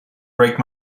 break